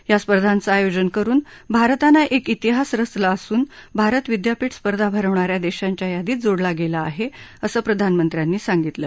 या स्पर्धांचं आयोजन करून भारतानं एक इतिहास रचला असून भारत विद्यापीठ स्पर्धा भरवणाऱ्या देशांच्या यादीत जोडला गेला आहे असं प्रधानमंत्र्यांनी सांगितलं